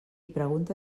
pregunta